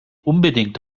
unbedingt